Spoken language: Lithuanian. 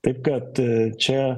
taip kad čia